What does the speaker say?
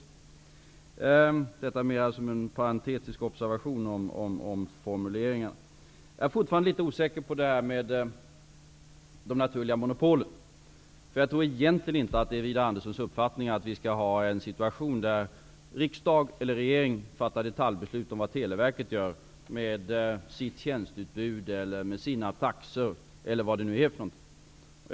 Jag säger detta som en parentetisk observation om formuleringen. Jag är fortfarande litet osäker på vad Widar Andersson menar med naturliga monopol. Jag tror egentligen inte att det är Widar Anderssons uppfattning att vi skall ha en situation där riksdag eller regering fattar detaljbeslut om vad Televerket gör med sitt tjänsteutbud eller med sina taxor.